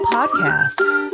Podcasts